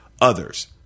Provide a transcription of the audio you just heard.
others